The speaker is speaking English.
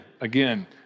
again